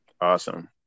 Awesome